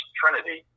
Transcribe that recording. trinity